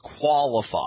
qualify